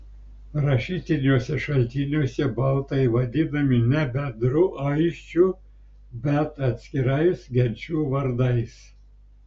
rašytiniuose šaltiniuose baltai vadinami ne bendru aisčių bet atskirais genčių vardais